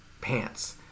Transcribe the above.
pants